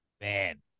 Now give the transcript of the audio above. Man